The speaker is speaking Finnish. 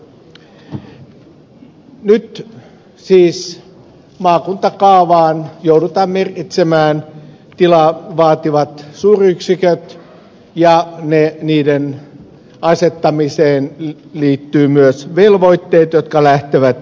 nyt siis maakuntakaavaan joudutaan merkitsemään tilaa vaativat suuryksiköt ja niiden asettamiseen liittyvät myös velvoitteet jotka lähtevät ympäristönsuojelusta